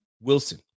Wilson